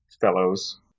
fellows